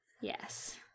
yes